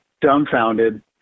dumbfounded